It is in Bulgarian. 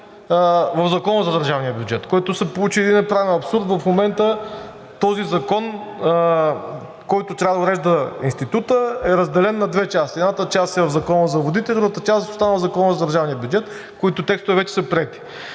в Закона за държавния бюджет. Получи се един правен абсурд. В момента този закон, който трябва да урежда Института, е разделен на две части. Едната част е в Закона за водите, другата част остана в Закона за държавния бюджет, които текстове вече са приети.